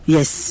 Yes